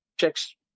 checks